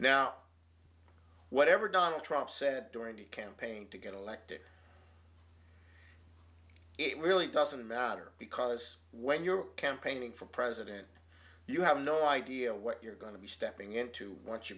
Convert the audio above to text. now whatever donald trump said during the campaign to get elected it really doesn't matter because when you're campaigning for president you have no idea what you're going to be stepping into